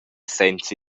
senza